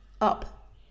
up